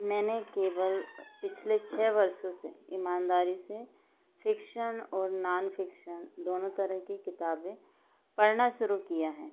मैंने केवल पिछले छः वर्षों से ईमानदारी से फ़िक्शन और नॉन फ़िक्शन दोनों तरह की किताबें पढ़ना शुरू किया है